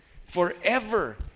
forever